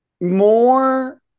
more